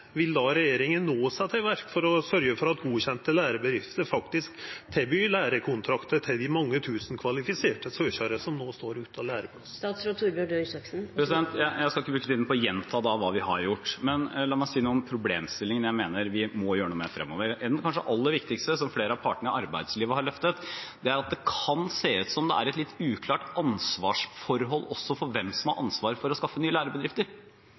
vil regjeringa no setja i verk for å sørgja for at godkjende lærebedrifter faktisk tilbyr lærekontraktar til dei mange tusen kvalifiserte søkjarane som no står utan læreplass? Jeg skal ikke bruke tiden på å gjenta hva vi har gjort. Men la meg si noe om problemstillingene jeg mener vi må gjøre noe med fremover. Det kanskje aller viktigste, som flere av partene i arbeidslivet har løftet, er at det kan se ut som om det er et litt uklart ansvarsforhold også når det gjelder hvem som har ansvaret for å skaffe nye lærebedrifter.